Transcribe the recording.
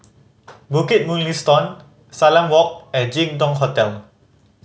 Bukit Mugliston Salam Walk and Jin Dong Hotel